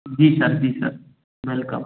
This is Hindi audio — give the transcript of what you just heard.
जी सर जी सर वेलकम